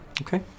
Okay